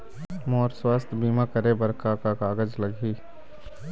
मोर स्वस्थ बीमा करे बर का का कागज लगही?